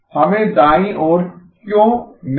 हमें दाईं ओर क्यों मिला